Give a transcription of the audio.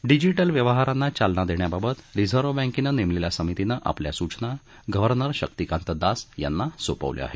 digital व्यवहारांना चालना देण्याबाबत रिझर्व्ह बँकनं नेमलेल्या समितीनं आपल्या सूचना गव्हर्नर शक्तीकांत दास यांना सोपवल्या आहेत